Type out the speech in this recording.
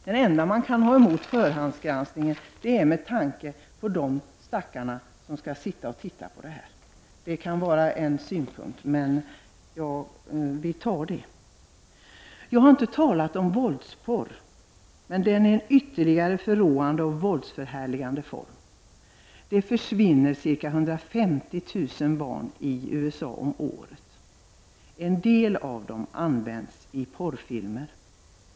Det enda som man kan ha emot förhandsgranskningen är att man kan tycka synd om de stackare som skall utföra denna förhandsgranskning. Det kan vara en synpunkt, men detta får vi acceptera. Jag har inte talat om våldsporr. Men det är ytterligare ett exempel på förråande och våldsförhärligande. Det försvinner ca 150 000 barn om året i USA. En del av dem används i porrfilmer.